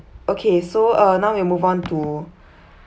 okay so uh now we move on to